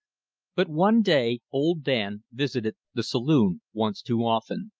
but one day old dan visited the saloon once too often.